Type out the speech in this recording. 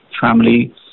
family